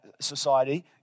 society